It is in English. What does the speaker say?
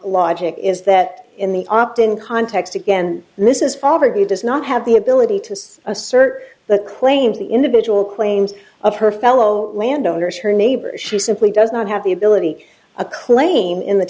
logic is that in the opt in context again this is over he does not have the ability to assert the claims the individual claims of her fellow landowners her neighbors she simply does not have the ability a claim in the